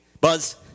Buzz